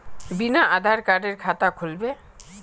बिना आधार कार्डेर खाता खुल बे?